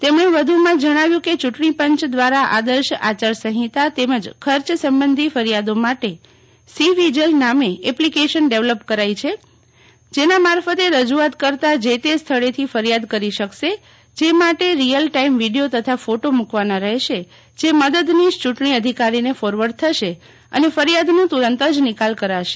તેમણે વધુમાં જણાવ્યું કે ચૂંટણીપંચ દ્વારા આદર્શ આચાર સંહિતા તેમજ ખર્ચ સંબંધી ફરિયાદો માટે હ્વસીવિજિલ નામે એપ્લિકેશન ડેવલપ કરાઇ છે જેના મારફતે રજૂઆત કર્તા જે તે સ્થળેથી ફરિયાદ કરી શકશે જે માટે રિયલ ટાઇમ વીડિયો તથા ફોટો મૂકવાના રહેશે જે મદદનીશ ચૂંટણી અધિકારીને ફોરવર્ડ થશે અને ફરિયાદનો તુરંત જ નિકાલ કરાશે